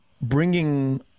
bringing